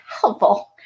helpful